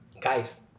Guys